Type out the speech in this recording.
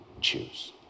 choose